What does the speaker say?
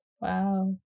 Wow